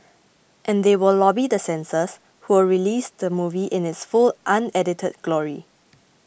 and they will lobby the censors who will release the movie in its full unedited glory